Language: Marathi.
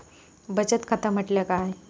बचत खाता म्हटल्या काय?